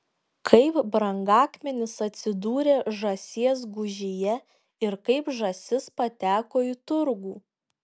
kaip brangakmenis atsidūrė žąsies gūžyje ir kaip žąsis pateko į turgų